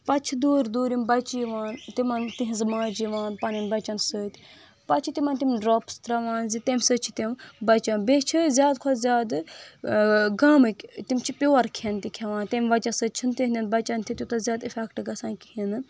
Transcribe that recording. پتہٕ چھِ دوٗر دوٗرِم بچہِ یِوان تِمن تِہنٛزٕ ماجہِ یِوان پننٮ۪ن بچن سۭتۍ پتہٕ چھِ تِمن تِم ڈراپٕس ترٛاوان زِ تمہِ سۭتۍ چھِ تِم بچان بیٚیہِ چھ زیادٕ کھۄتہٕ زیادٕ گامٕکۍ تِم چھِ پیور کھٮ۪ن تہِ کھٮ۪وان تمہِ وجہ سۭتۍ چھنہٕ تہنٛدٮ۪ن بچن تیوٗتاہ زیادٕ اِفیکٹ گژھان کہینۍ نہٕ